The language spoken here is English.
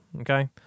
Okay